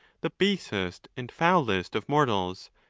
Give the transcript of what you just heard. the basest and foulest of mortals,